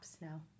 now